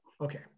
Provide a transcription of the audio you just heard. Okay